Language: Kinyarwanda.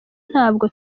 ntabwo